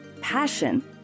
passion